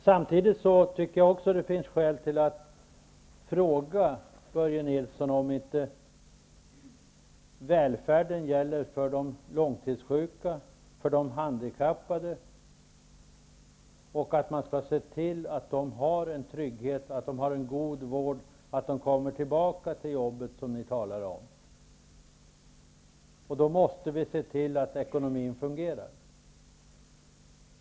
Samtidigt finns det skäl att fråga Börje Nilsson om inte välfärden gäller för de långtidssjuka och de handikappade, om man inte skall se till att de har trygghet och en god vård och kommer tillbaka till jobbet, som ni talar om. Då måste vi se till att ekonomin fungerar.